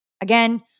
Again